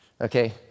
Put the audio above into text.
okay